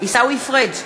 עיסאווי פריג'